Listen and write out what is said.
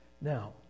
Now